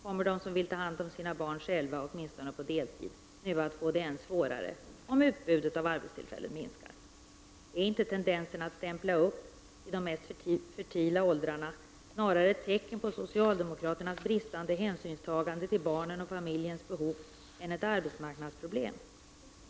Kommer de som vill ta hand om sina barn själva, åtminstone på deltid, nu att få det än svårare, om utbudet av arbetstillfällen minskar? Är inte tendensen att ”stämpla upp” i de mest fertila åldrarna snarare tecken på socialdemokraternas bristande hänsynstagande till barnens och familjens behov än ett arbetsmarknadsproblem?